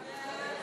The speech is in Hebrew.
לסעיף 1